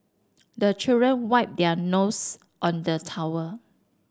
the children wipe their nose on the towel